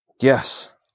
Yes